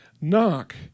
Knock